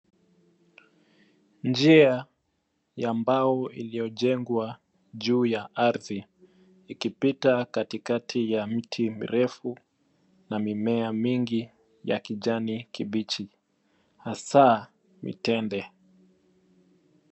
Njia ya mbao iliyojengwa juu ya ardhi ikipita katikati ya mti mrefu na mimea mingi ya kijani kibichi, hasa mitende.